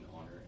honor